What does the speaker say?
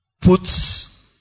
puts